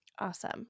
awesome